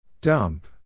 Dump